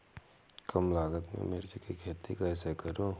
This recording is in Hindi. कम लागत में मिर्च की खेती कैसे करूँ?